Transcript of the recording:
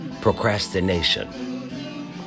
Procrastination